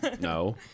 No